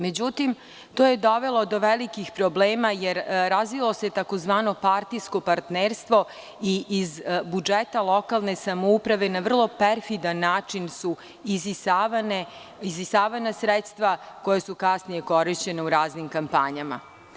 Međutim, to je dovelo do velikih problema, jer se razvilo tzv. partijsko partnerstvo i iz budžeta lokalne samouprave na vrlo perfidan način su isisavana sredstva koja su kasnije korišćena u raznim kampanjama.